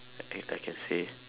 I I can say